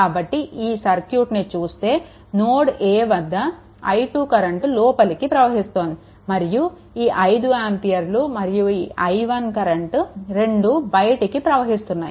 కాబట్టి ఈ సర్క్యూట్ని చూస్తే నోడ్ a వద్ద i2 కరెంట్ లోపటికి ప్రవహిస్తోంది మరియు ఈ 5 ఆంపియర్లు మరియు ఈ i1 కరెంట్ రెండు బయటికి ప్రవహిస్తున్నాయి